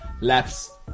laps